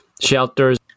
shelters